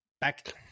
back